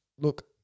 look